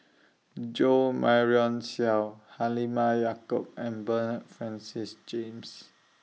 Jo Marion Seow Halimah Yacob and Bernard Francis James